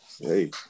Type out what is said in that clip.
Hey